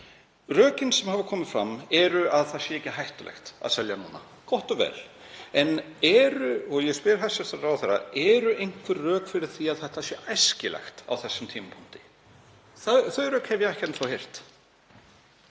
Rökin sem hafa komið fram eru að það sé ekki hættulegt að selja núna. Gott og vel. Ég spyr hæstv. ráðherra: Eru einhver rök fyrir því að það sé æskilegt á þessum tímapunkti? Þau rök hef ég ekki enn þá heyrt.